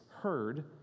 heard